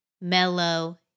mellow